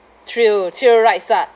thrill thrill rides ah